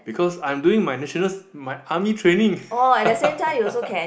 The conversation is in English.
because I'm doing my nationals my army training